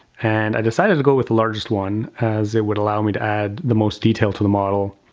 and i decided to go with the largest one as it would allow me to add the most detail to the model.